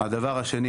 הדבר השני